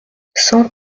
cent